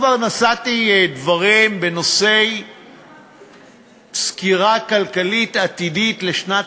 כבר נשאתי דברים בנושא סקירה כלכלית עתידית לשנת